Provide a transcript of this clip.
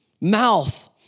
mouth